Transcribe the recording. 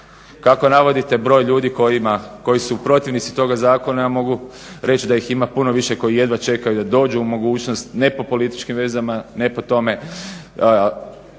Kako navodite broj ljudi koji su protivnici toga zakona, ja mogu reći da ih ima puno više koji jedva čekaju da dođu u mogućnost ne po političkim vezama, ne po tome,